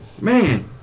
man